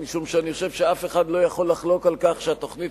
משום שאני חושב שאף אחד לא יכול לחלוק על כך שהתוכנית